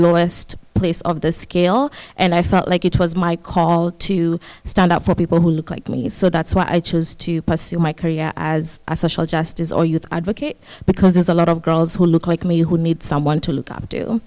lowest place of the scale and i felt like it was my call to stand up for people who look like me so that's why i chose to pursue my career as a social justice or youth advocate because there's a lot of girls who look like me who need someone to look up to